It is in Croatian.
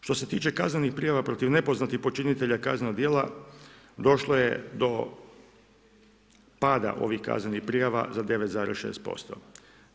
Što se tiče kaznenih prijava protiv nepoznatih počinitelja kaznenog djela, došlo je do pada ovih kaznenih prijava za 9,6%